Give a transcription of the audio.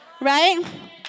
right